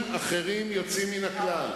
טכני,